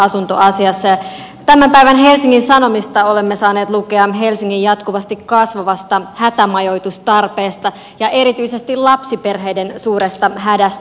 tämän päivän helsingin sanomista olemme saaneet lukea helsingin jatkuvasti kasvavasta hätämajoitustarpeesta ja erityisesti lapsiperheiden suuresta hädästä